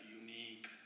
unique